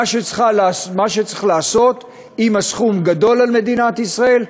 מה שצריך לעשות אם הסכום גדול על מדינת ישראל,